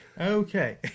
Okay